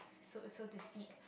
so so to speak